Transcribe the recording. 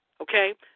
Okay